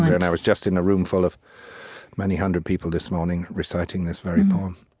and i was just in a room full of many-hundred people this morning reciting this very poem.